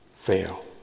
fail